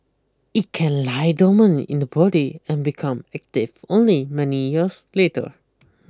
it can lie dormant in the body and become active only many years later